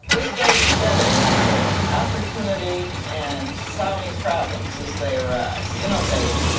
this goes together in a city opportunity and solving problems as they arise, innovating.